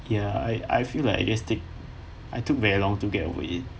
ya I I feel like I guess take I took very long to get away